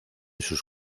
sus